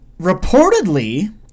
reportedly